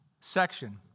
section